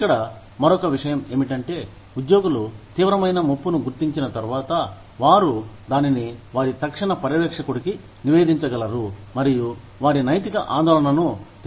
ఇక్కడ మరొక విషయం ఏమిటంటే ఉద్యోగులు తీవ్రమైన ముప్పును గుర్తించిన తర్వాత వారు దానిని వారి తక్షణ పర్యవేక్షకుడుకి నివేదించగలరు మరియు వారి నైతిక ఆందోళనను తెలియజేయగలరు